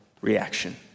reaction